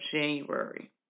January